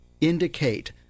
indicate